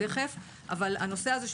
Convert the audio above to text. ותכף אני אציין מהו הפער הזה.